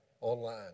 online